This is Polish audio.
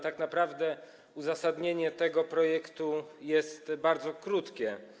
Tak naprawdę uzasadnienie tego projektu jest bardzo krótkie.